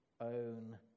own